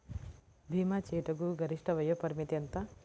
భీమా చేయుటకు గరిష్ట వయోపరిమితి ఎంత?